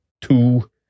two